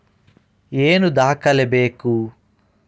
ಏನು ದಾಖಲೆ ಬೇಕು?